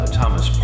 Thomas